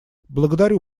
благодарю